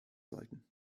sollten